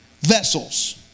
vessels